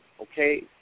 okay